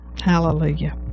hallelujah